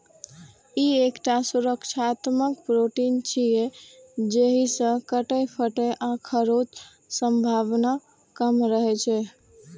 ई एकटा सुरक्षात्मक प्रोटीन छियै, जाहि सं कटै, फटै आ खोंचक संभावना कम रहै छै